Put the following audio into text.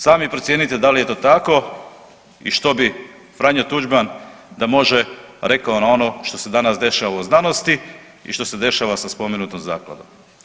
Sami procijenite dal je to tako i što bi Franjo Tuđman da može rekao na ono što se danas dešava u znanosti i što se dešava sa spomenutom zakladom.